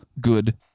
good